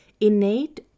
innate